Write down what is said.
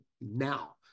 now